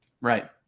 Right